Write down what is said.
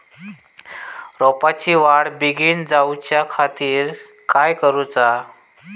रोपाची वाढ बिगीन जाऊच्या खातीर काय करुचा?